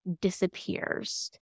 disappears